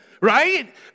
Right